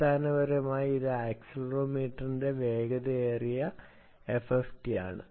അടിസ്ഥാനപരമായി ഇത് ആക്സിലറോമീറ്ററിന്റെ വേഗതയേറിയ എഫ്എഫ്ടിയാണ്